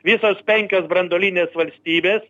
visos penkios branduolinės valstybės